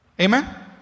Amen